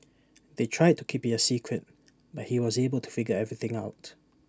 they tried to keep IT A secret but he was able to figure everything out